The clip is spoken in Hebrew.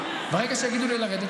ברגע שיגידו לי לרדת,